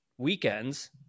weekends